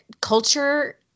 culture